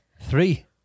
three